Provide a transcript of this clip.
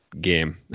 game